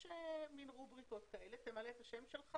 יש מעין רובריקות למלא את השם,